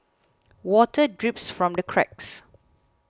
water drips from the cracks